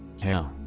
hell,